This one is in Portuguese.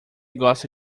gosta